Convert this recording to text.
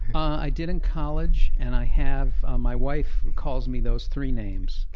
i did in college, and i have. ah my wife calls me those three names.